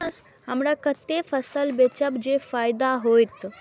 हमरा कते फसल बेचब जे फायदा होयत?